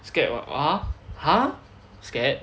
scared what ah !huh! scared